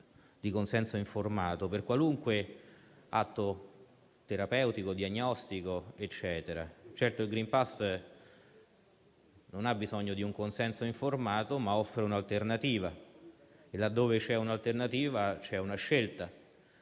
di consenso informato, per qualunque atto terapeutico, diagnostico. Certo, il *green pass* non ha bisogno di un consenso informato, ma offre un'alternativa, e laddove c'è un'alternativa c'è una scelta,